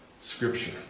Scripture